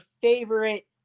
favorite